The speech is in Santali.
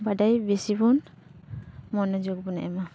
ᱵᱟᱰᱟᱭ ᱵᱮᱥᱤ ᱵᱚᱱ ᱢᱚᱱᱮ ᱡᱳᱨ ᱵᱚᱱ ᱮᱢᱟ